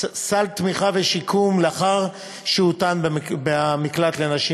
סל תמיכה ושיקום לאחר שהותן במקלט לנשים